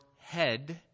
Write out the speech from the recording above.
head